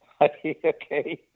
Okay